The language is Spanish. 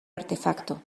artefacto